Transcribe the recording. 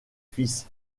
fils